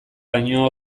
lainoa